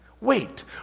Wait